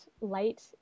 light